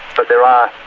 but there are,